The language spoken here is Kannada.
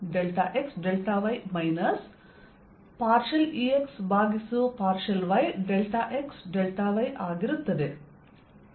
dl ಅದು EY∂X XY ಮೈನಸ್ EX∂yXY ಆಗಿರುತ್ತದೆ